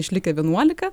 išlikę vienuolika